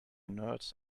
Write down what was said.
nerds